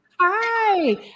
Hi